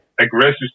aggressive